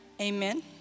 Amen